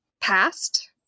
past